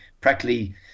practically